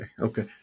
Okay